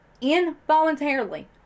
involuntarily